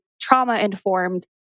trauma-informed